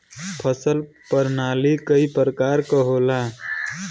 फसल परनाली कई तरह क होला